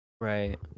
right